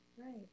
Right